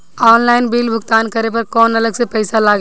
Online bill भुगतान करे पर कौनो अलग से पईसा लगेला?